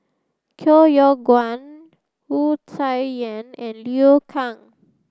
Koh Yong Guan Wu Tsai Yen and Liu Kang